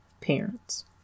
parents